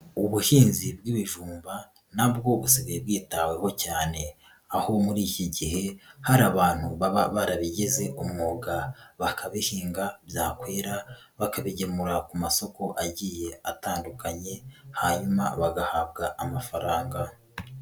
Ubuhinzi bw'ijumba na bwo busigaye bwitaweho cyane, aho muri iki gihe, hari abantu baba barabigize umwuga, bakabihinga byakwera, bakabigemura ku masoko agiye atandukanye, hanyuma bagahabwa amafaranga.